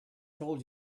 told